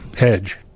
Edge